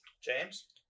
James